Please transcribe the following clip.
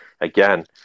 again